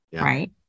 Right